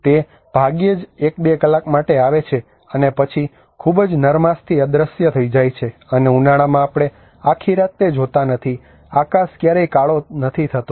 તે ભાગ્યે જ એક કે બે કલાક માટે આવે છે અને પછી ખૂબ જ નરમાશથી અદૃશ્ય થઈ જાય છે અને ઉનાળામાં આપણે આખી રાત તે જોતા નથી આકાશ ક્યારેય કાળો નથી થતો